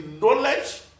knowledge